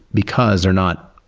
because they're not,